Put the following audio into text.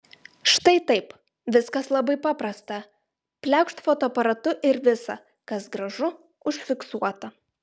štai taip viskas labai paprasta pliaukšt fotoaparatu ir visa kas gražu užfiksuota